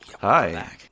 Hi